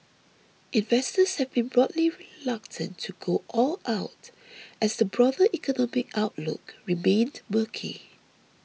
investors have been broadly reluctant to go all out as the broader economic outlook remained murky